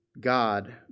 God